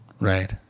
Right